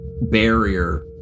barrier